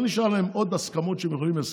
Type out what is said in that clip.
לא נשאר להם עוד הסכמות שהם יכולים להסכים.